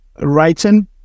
writing